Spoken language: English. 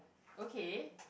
okay